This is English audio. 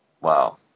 Wow